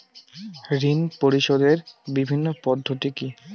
ঋণ পরিশোধের বিভিন্ন পদ্ধতি কি কি?